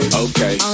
okay